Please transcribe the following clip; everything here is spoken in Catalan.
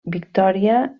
victòria